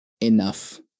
enough